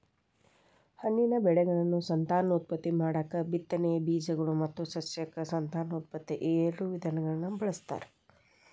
ಹಣ್ಣಿನ ಬೆಳೆಗಳನ್ನು ಸಂತಾನೋತ್ಪತ್ತಿ ಮಾಡಾಕ ಬಿತ್ತನೆಯ ಬೇಜಗಳು ಮತ್ತು ಸಸ್ಯಕ ಸಂತಾನೋತ್ಪತ್ತಿ ಈಎರಡು ವಿಧಗಳನ್ನ ಬಳಸ್ತಾರ